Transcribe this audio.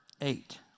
eight